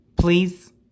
please